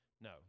no